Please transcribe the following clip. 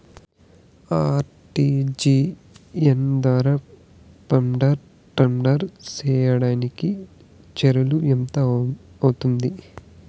RTGS ద్వారా funds transfer సేయడానికి చార్జీలు ఎంత అవుతుంది